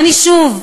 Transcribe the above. שוב,